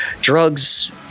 drugs